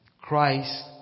Christ